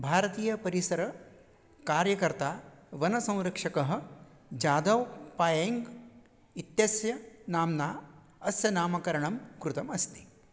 भारतीयपरिसरकार्यकर्ता वनसंरक्षकः याधव पायैङ्ग् इत्यस्य नाम्ना अस्य नामकरणं कृतम् अस्ति